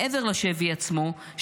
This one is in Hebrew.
מעבר לשבי עצמו,